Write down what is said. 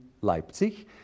Leipzig